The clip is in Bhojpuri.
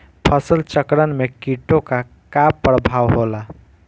फसल चक्रण में कीटो का का परभाव होला?